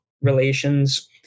relations